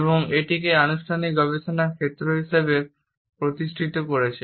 এবং এটিকে আনুষ্ঠানিক গবেষণার ক্ষেত্র হিসাবে প্রতিষ্ঠিত করেছে